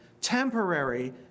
temporary